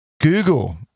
Google